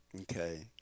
okay